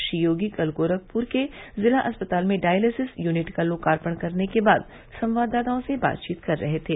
श्री योगी कल गोरखपुर के जिला अस्पताल में डायलिसिस यूनिट का लोकार्पण करने के बाद संवाददातओं से बातवीत कर रहे थे